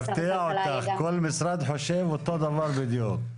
כל משרד חושב אותו דבר בדיוק.